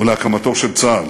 ולהקמתו של צה"ל.